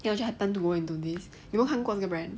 then 我就 happen to go into this 你有没有看过这个 brand